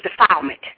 defilement